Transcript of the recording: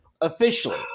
Officially